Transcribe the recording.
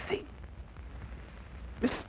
thing this